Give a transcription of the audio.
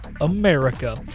America